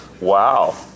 Wow